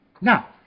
Now